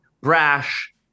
brash